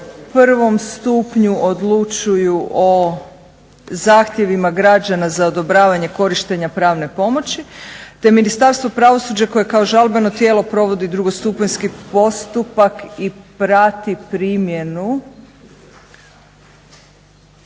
u prvom stupnju odlučuju o zahtjevima građana za odobravanje korištenja pravne pomoći, te Ministarstvo pravosuđa koje kao žalbeno tijelo provodi drugostupanjski postupak i prati primjenu